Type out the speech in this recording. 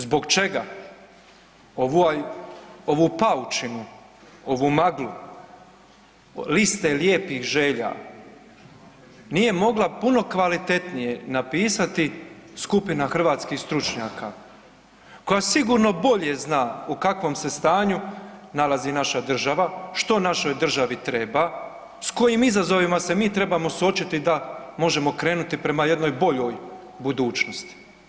Zbog čega ovu paučinu, ovu maglu, liste lijepih želja nije mogla puno kvalitetnije napisati skupina hrvatskih stručnjaka koja sigurno bolje zna o kakvom se stanju nalazi naša država, što našoj državi treba, s kojim izazovima se mi trebamo suočiti da možemo krenuti prema jednoj boljoj budućnosti?